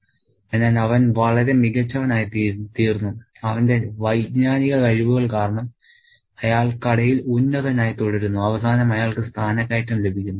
അതിനാൽ അവൻ വളരെ മികച്ചവനായിത്തീർന്നു അവന്റെ വൈജ്ഞാനിക കഴിവുകൾ കാരണം അയാൾ കടയിൽ ഉന്നതനായി തുടരുന്നു അവസാനം അയാൾക്ക് സ്ഥാനക്കയറ്റം ലഭിക്കുന്നു